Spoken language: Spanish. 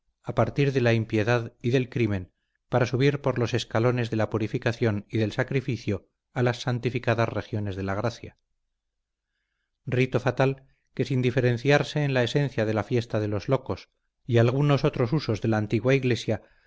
a partir de la impiedad y del crimen para subir por los escalones de la purificación y del sacrificio a las santificadas regiones de la gracia rito fatal que sin diferenciarse en la esencia de la fiesta de los locos y algunos otros usos de la antigua iglesia